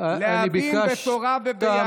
זה עוד לא עושה אותך מבין בתורה ויהדות.